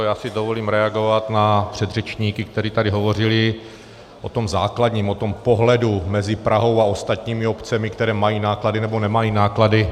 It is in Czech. Já si dovolím reagovat na předřečníky, kteří tady hovořili o tom základním, o tom pohledu mezi Prahou a ostatními obcemi, které mají náklady nebo nemají náklady.